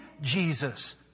Jesus